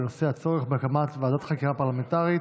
בנושא הצורך בהקמת ועדת חקירה פרלמנטרית